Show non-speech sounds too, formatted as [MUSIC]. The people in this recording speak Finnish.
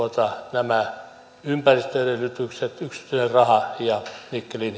nämä ympäristöedellytykset yksityinen raha ja nikkelin [UNINTELLIGIBLE]